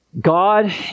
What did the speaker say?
God